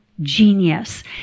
genius